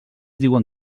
diuen